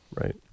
Right